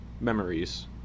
Memories